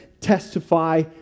testify